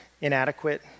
inadequate